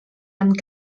amb